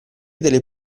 delle